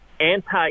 anti